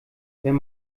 wenn